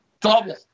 Double